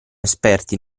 esperti